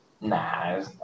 Nah